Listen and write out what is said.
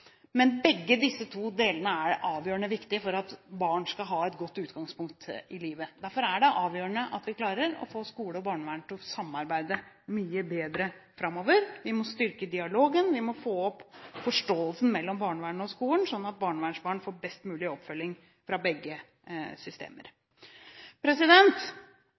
Men begge disse to er avgjørende viktig for at barn skal ha et godt utgangspunkt i livet. Derfor er det avgjørende at vi klarer å få skole og barnevern til å samarbeide mye bedre framover. Vi må styrke dialogen og få opp forståelsen mellom barnevernet og skolen, sånn at barnevernsbarn får best mulig oppfølging fra begge